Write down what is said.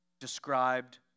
described